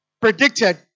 predicted